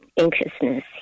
anxiousness